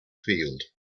field